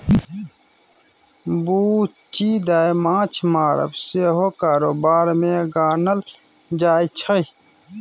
बुच्ची दाय माँछ मारब सेहो कारोबार मे गानल जाइ छै